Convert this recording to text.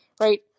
right